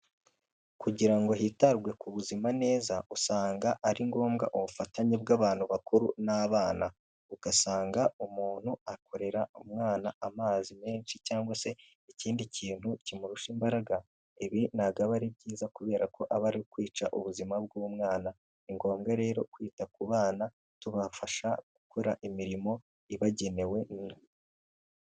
Kugira ngo hitabwe ku buzima neza, usanga ari ngombwa ubufatanye bw'abantu bakuru n'abana, ugasanga umuntu akorera umwana amazi menshi cyangwa se, ikindi kintu kimurusha imbaraga, ibi ntabwo aba ari byiza kubera ko aba ari ukwica ubuzima bw'umwana, ni ngombwa rero kwita ku bana tubafasha gukora imirimo ibagenewe...